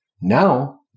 Now